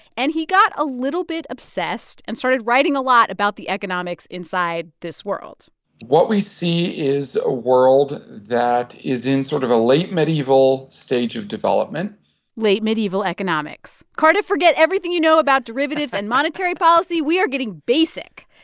and he got a little bit obsessed and started writing a lot about the economics inside this world what we see is a world that is in sort of a late medieval stage of development late medieval economics. cardiff, forget everything you know about derivatives and monetary policy. we are getting basic.